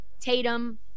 Tatum